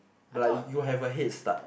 but like you have a head start